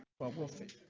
bubble fish.